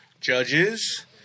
judges